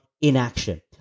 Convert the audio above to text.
inaction